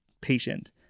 patient